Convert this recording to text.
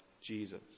Jesus